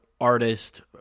artist